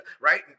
right